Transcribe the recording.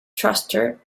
thruster